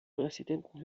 präsidenten